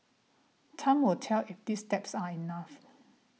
time will tell if these steps are enough